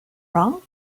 wrong